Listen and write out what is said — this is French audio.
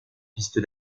piste